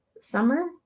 Summer